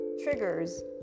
triggers